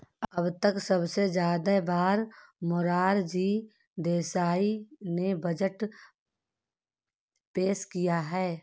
अब तक सबसे ज्यादा बार मोरार जी देसाई ने बजट पेश किया है